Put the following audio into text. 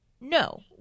no